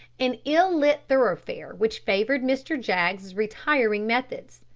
an ill-lit thoroughfare which favoured mr. jaggs's retiring methods,